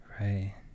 right